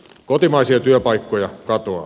kotimaisia työpaikkoja katoaa